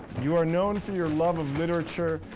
you are known for your love of literature,